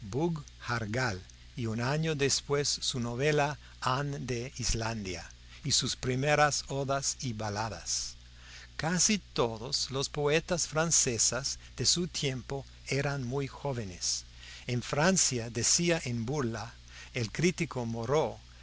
jargal y un año después su novela han de islandia y sus primeras odas y baladas casi todos los poetas franceses de su tiempo eran muy jóvenes en francia decía en burla el crítico moreau